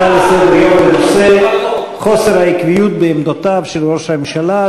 הצעה לסדר-היום בנושא: חוסר העקביות בעמדותיו של ראש הממשלה,